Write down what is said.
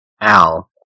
Al